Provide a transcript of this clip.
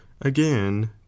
again